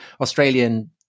Australian